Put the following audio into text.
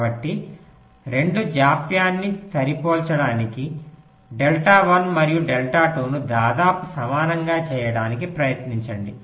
కాబట్టి 2 జాప్యాన్ని సరిపోల్చడానికి డెల్టా 1 మరియు డెల్టా 2 ను దాదాపు సమానంగా చేయడానికి ప్రయత్నించండి